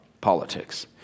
politics